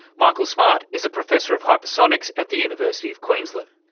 michael smart is a professor of hypersonics at the university of queensland.